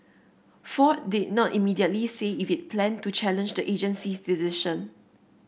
ford did not immediately say if it planned to challenge the agency's decision